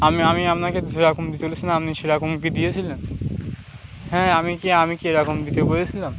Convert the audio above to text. আমি আমি আপনাকে সেরকম দিতে বলেছিলাম আপনি সেরকম কি দিয়েছিলেন হ্যাঁ আমি কি আমি কি এরকম দিতে করেছিলাম